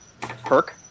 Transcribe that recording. perk